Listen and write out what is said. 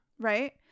Right